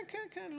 כן, כן.